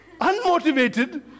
unmotivated